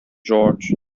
george